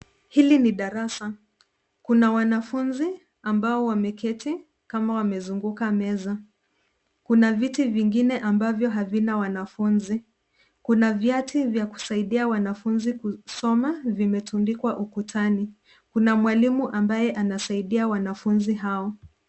Hili ni darasa, Kuna wanafunzi ambao wameketi kama wamezunguka meza, Kuna viti vingine ambao hazina wanafunzi, Kuna vyati vya kusaidia wanafunzi kusoma vimetundikwa ukutani Kuna mwalimu ambaye anasaidia wanafunzi hao